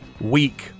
weak